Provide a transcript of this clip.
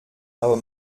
aber